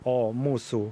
o mūsų